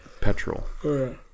petrol